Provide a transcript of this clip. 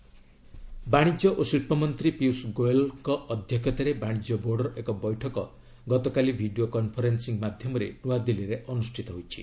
ଗୋୟଲ୍ ଷ୍ଟେଟ୍ସ୍ ବାଶିଜ୍ୟ ଓ ଶିଳ୍ପ ମନ୍ତ୍ରୀ ପୀୟୁଷ୍ ଗୋୟଲ୍ ଅଧ୍ୟକ୍ଷତାରେ ବାଣିଜ୍ୟ ବୋର୍ଡ଼ର ଏକ ବୈଠକ ଗତକାଲି ଭିଡ଼ିଓ କନ୍ଫରେନ୍ସିଂ ମାଧ୍ୟମରେ ନୂଆଦିଲ୍ଲୀରେ ଅନୁଷ୍ଠିତ ହୋଇଛି